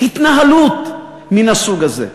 התנהלות מן הסוג הזה.